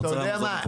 אתה יודע מה?